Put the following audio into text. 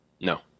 No